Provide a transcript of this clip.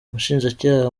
umushinjacyaha